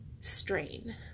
strain